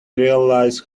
realize